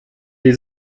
die